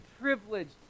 privileged